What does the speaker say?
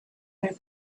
their